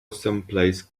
someplace